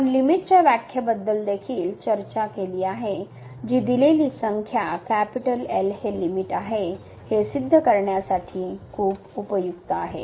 आपण लिमिट च्या व्याख्येबद्दल देखील चर्चा केली आहे जी दिलेली संख्या L हे लिमिट आहे हे सिद्ध करण्यासाठी हे खूप उपयुक्त आहे